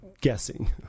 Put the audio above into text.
guessing